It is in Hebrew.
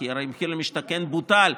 כי הרי מחיר למשתכן בוטל,